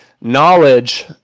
knowledge